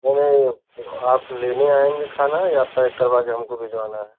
sir तो आप लेने आएँगे खाना या पैक करवाकर हमको भिजवाना है